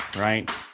right